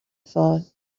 thought